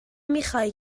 میخای